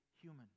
human